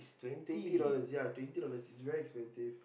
twenty dollars ya twenty dollars is very expensive